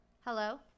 Hello